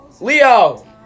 Leo